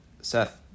Seth